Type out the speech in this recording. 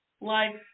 life